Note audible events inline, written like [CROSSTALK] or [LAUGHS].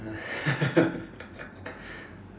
[LAUGHS]